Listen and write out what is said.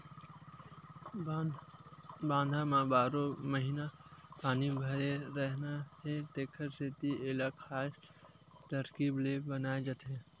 बांधा म बारो महिना पानी भरे रहना हे तेखर सेती एला खास तरकीब ले बनाए जाथे